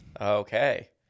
Okay